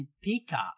peacock